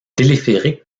téléphérique